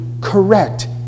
correct